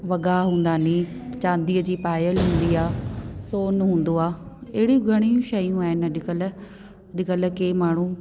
वॻा हूंदा नी चांदीअ जी पायल हूंदी आहे सोन हूंदो आहे अहिड़ी घणियूं शयूं आहिनि अॼुकल्ह अॼुकल्ह की माण्हू